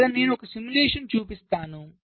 ఇక్కడ నేను ఒక సిమ్యులేషన్స్ చూపిస్తాను